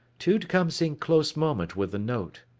tude comes in close moment with the note.